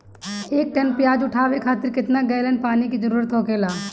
एक टन प्याज उठावे खातिर केतना गैलन पानी के जरूरत होखेला?